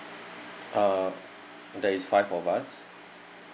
uh there is five of us